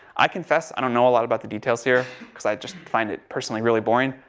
i confess, i don't know a lot about the details here because i just find it personally really boring.